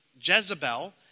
Jezebel